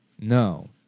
No